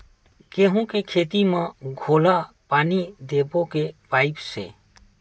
गेहूं के खेती म घोला पानी देबो के पाइप से?